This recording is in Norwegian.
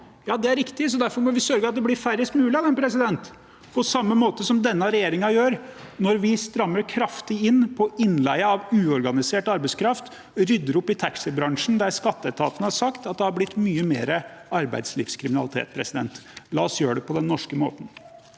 Ja, det er riktig, så derfor må vi sørge for at det blir færrest mulig av dem, på samme måte som denne regjeringen gjør når vi strammer kraftig inn på innleie av uorganisert arbeidskraft og rydder opp i taxibransjen, der skatteetaten har sagt at det har blitt mye mer arbeidslivskriminalitet. La oss gjøre det på den norske måten.